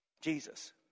Jesus